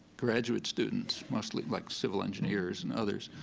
graduate students, mostly like civil engineers and others.